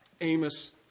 Amos